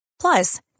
Plus